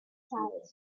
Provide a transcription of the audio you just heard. methods